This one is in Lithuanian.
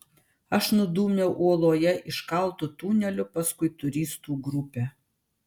aš nudūmiau uoloje iškaltu tuneliu paskui turistų grupę